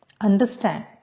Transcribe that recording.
Understand